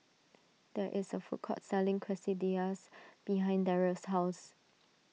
there is a food court selling Quesadillas behind Darrell's house